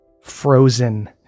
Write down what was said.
frozen